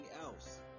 else